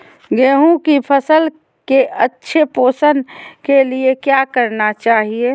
गेंहू की फसल के अच्छे पोषण के लिए क्या करना चाहिए?